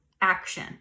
action